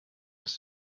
dass